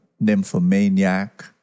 nymphomaniac